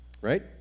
right